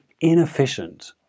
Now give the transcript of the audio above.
inefficient